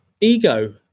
ego